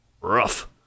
rough